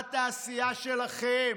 שבליבת העשייה שלכם,